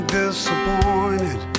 disappointed